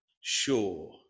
sure